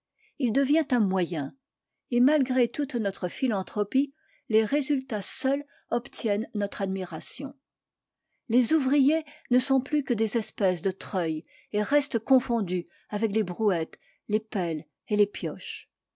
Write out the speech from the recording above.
il devient un moyen et malgré toute notre philanthropie les résultats seuls obtiennent notre admiration les ouvriers ne sont plus que des espèces de treuils et restent confondus avec les brouettes les pelles et les pioches